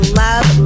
love